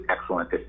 excellent